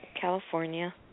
California